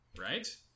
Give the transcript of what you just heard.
right